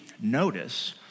notice